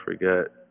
forget